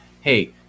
Hey